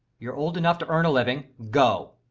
you're old enough to earn a living. go.